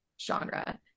genre